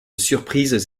surprises